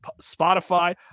Spotify